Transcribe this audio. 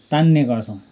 तान्ने गर्छौँ